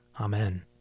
Amen